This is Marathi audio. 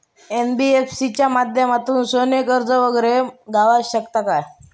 एन.बी.एफ.सी च्या माध्यमातून सोने कर्ज वगैरे गावात शकता काय?